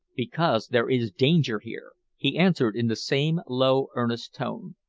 because there is danger here, he answered in the same low earnest tone.